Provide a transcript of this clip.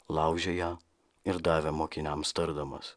laužė ją ir davė mokiniams tardamas